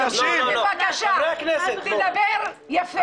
--- אתה תדבר יפה.